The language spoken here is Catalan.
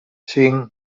cinc